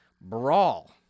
Brawl